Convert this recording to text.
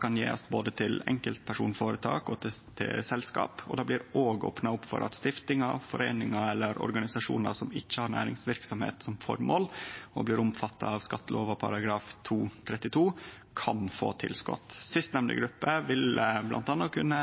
kan gjevast både til enkeltpersonføretak og til selskap, og det blir òg opna opp for at stiftingar, foreiningar eller organisasjonar som ikkje har næringsverksemd som føremål, og som blir omfatta av skattelova § 2-32, kan få tilskot. Den sistnemnde gruppa vil bl.a. kunne